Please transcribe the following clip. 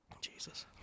Jesus